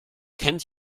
kennt